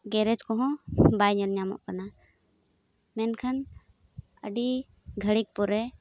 ᱜᱮᱨᱮᱪ ᱠᱚᱦᱚᱸ ᱵᱟᱭ ᱧᱮᱞᱧᱟᱢᱚᱜ ᱠᱟᱱᱟ ᱢᱮᱱᱠᱷᱟᱱ ᱟᱹᱰᱤ ᱜᱷᱟᱹᱲᱤᱠ ᱯᱚᱨᱮ